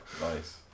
nice